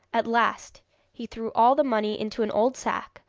at last he threw all the money into an old sack,